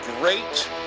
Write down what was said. great